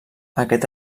aquest